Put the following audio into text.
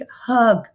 hug